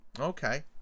Okay